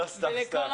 לא, סתם.